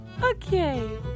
Okay